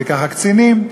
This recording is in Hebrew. וכך הקצינים,